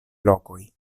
lokoj